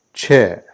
chair